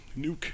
Nuke